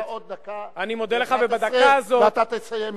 יש לך עוד דקה ו-11 שניות ואתה תסיים.